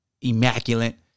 immaculate